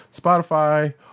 Spotify